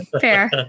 fair